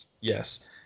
Yes